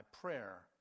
prayer